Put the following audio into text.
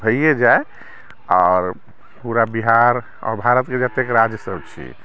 भय्यै जाइ आओर पूरा बिहार आओर भारतके जतेक राज्य सभ छै